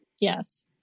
Yes